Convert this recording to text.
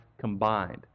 combined